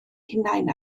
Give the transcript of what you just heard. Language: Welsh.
hunain